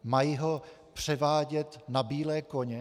Mají ho převádět na bílé koně?